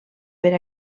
per